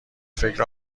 فکر